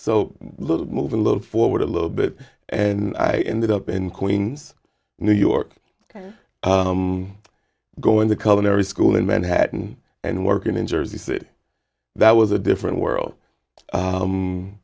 so little move a little forward a little bit and i ended up in queens new york going to cover every school in manhattan and working in jersey city that was a different world